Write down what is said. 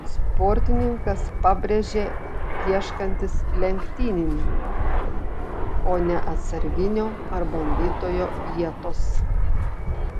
sportininkas pabrėžė ieškantis lenktynininko o ne atsarginio ar bandytojo vietos